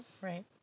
Right